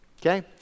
okay